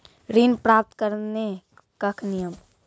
ऋण प्राप्त करने कख नियम?